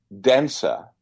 denser